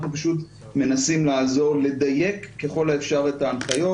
אנחנו פשוט מנסים לעזור לדייק ככל האפשר את ההנחיות,